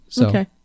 Okay